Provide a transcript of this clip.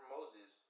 Moses